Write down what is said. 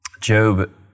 Job